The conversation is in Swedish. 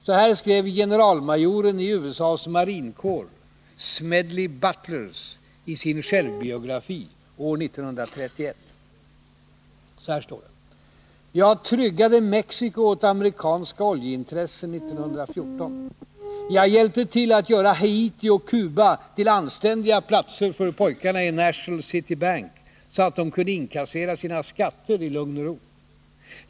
Så här skrev generalmajoren i USA:s marinkår, Smedley Butlers, i sin självbiografi år 1931: ”Jag tryggade Mexiko åt amerikanska oljeintressen 1914. Jag hjälpte till att göra Haiti och Kuba till anständiga platser för pojkarna i National City Bank, så att de kunde inkassera sina skatter i lugn och ro.